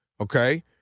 okay